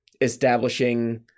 establishing